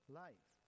life